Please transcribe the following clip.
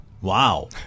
Wow